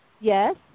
Yes